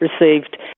received